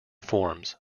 forms